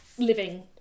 living